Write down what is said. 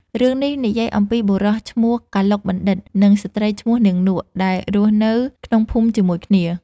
រឿងនេះនិយាយអំពីបុរសឈ្មោះ កឡុកបណ្ឌិត្យ និងស្ត្រីឈ្មោះ នាងនក់ ដែលរស់នៅក្នុងភូមិជាមួយគ្នា។